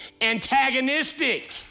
antagonistic